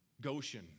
Goshen